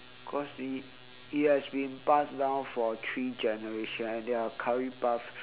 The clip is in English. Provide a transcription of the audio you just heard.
cause it it has been passed down for three generations and their curry puffs